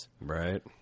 Right